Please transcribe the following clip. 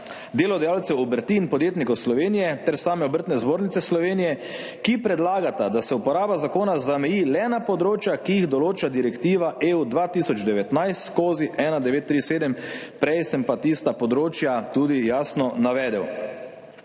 delodajalcev obrti in podjetnikov Slovenije ter same Obrtno-podjetniške zbornice Slovenije, ki predlagata, da se uporaba zakona zameji le na področja, ki jih določa direktiva EU 2019/1937 – prej sem ta področja tudi jasno navedel